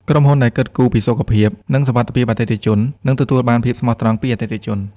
ក្រុមហ៊ុនដែលគិតគូរពីសុខភាព និងសុវត្ថិភាពអតិថិជន នឹងទទួលបាន ភាពស្មោះត្រង់ ពីអតិថិជន។